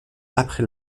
après